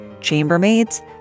chambermaids